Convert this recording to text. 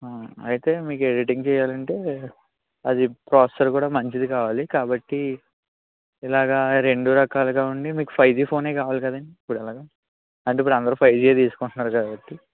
అయితే మీకు ఎడిటింగ్ చేయాలంటే అది ప్రాసెసర్ కూడా మంచిది కావాలి కాబట్టి ఇలాగ రెండు రకాలుగా ఉండి మీకు ఫైవ్ జీ ఫోన్ కావలి కదండి ఇప్పుడు ఎలాగో అంటే ఇప్పుడు అందరు ఫైవ్ జీ తీసుకుంటున్నారు కాబట్టి